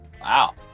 Wow